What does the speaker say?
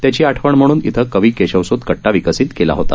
त्याची आठवण म्हणून इथं कवी केशवस्त कट्टा विकसित केला होता